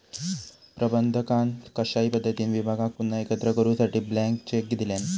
प्रबंधकान कशाही पद्धतीने विभागाक पुन्हा एकत्र करूसाठी ब्लँक चेक दिल्यान